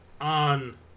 on